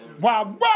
Wow